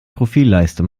profilleiste